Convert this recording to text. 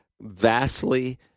vastly